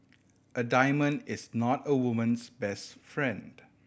a diamond is not a woman's best friend